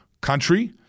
country